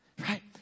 Right